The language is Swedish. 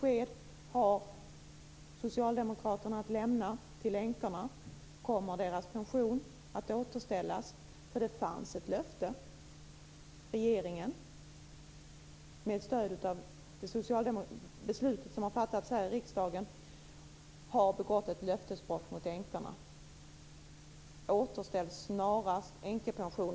För det fanns ett löfte. Regeringen har - med stöd av beslut som har fattats här i riksdagen - begått ett löftesbrott mot änkorna. Återställ snarast änkepensionen!